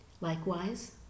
Likewise